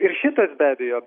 ir šitas be abejo